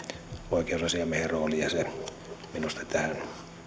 oikeusasiamiehen rooli ja se minusta tähän